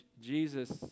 Jesus